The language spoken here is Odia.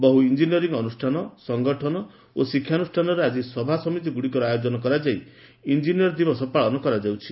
ବହୁ ଇଞ୍ଜିନିୟରିଂ ଅନୁଷ୍ଠାନ ସଂଗଠନ ଓ ଶିକ୍ଷାନୁଷ୍ଠାନରେ ଆଜି ସଭାସମିତିଗୁଡ଼ିକର ଆୟୋଜନ କରାଯାଇ ଇଞ୍ଜିନିୟର ଦିବସ ପାଳନ କରାଯାଉଛି